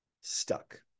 stuck